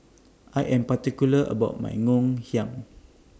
I Am particular about My Ngoh Hiang